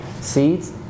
seeds